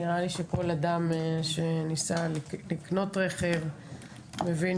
נראה לי שכל אדם שניסה לקנות רכב מבין